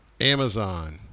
Amazon